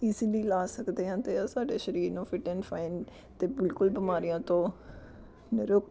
easily ਲਾ ਸਕਦੇ ਹਾਂ ਅਤੇ ਸਾਡੇ ਸਰੀਰ ਨੂੰ ਫਿਟ ਐਂਨ ਫਾਈਨ ਅਤੇ ਬਿਲਕੁਲ ਬਿਮਾਰੀਆਂ ਤੋਂ ਨਿਰੁਕਤ